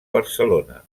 barcelona